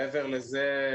מעבר לזה,